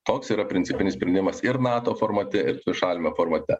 toks yra principinis sprendimas ir nato formate ir dvišaliame formate